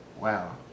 wow